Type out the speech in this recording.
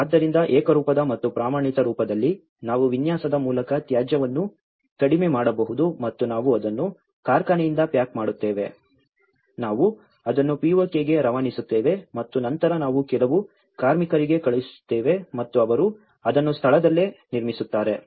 ಆದ್ದರಿಂದ ಏಕರೂಪದ ಮತ್ತು ಪ್ರಮಾಣಿತ ರೂಪದಲ್ಲಿ ನಾವು ವಿನ್ಯಾಸದ ಮೂಲಕ ತ್ಯಾಜ್ಯವನ್ನು ಕಡಿಮೆ ಮಾಡಬಹುದು ಮತ್ತು ನಾವು ಅದನ್ನು ಕಾರ್ಖಾನೆಯಿಂದ ಪ್ಯಾಕ್ ಮಾಡುತ್ತೇವೆ ನಾವು ಅದನ್ನು POK ಗೆ ರವಾನಿಸುತ್ತೇವೆ ಮತ್ತು ನಂತರ ನಾವು ಕೆಲವು ಕಾರ್ಮಿಕರಿಗೆ ಕಳುಹಿಸುತ್ತೇವೆ ಮತ್ತು ಅವರು ಅದನ್ನು ಸ್ಥಳದಲ್ಲೇ ನಿರ್ಮಿಸುತ್ತಾರೆ